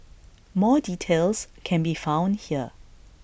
more details can be found here